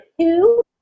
two